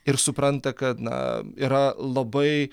ir supranta kad na yra labai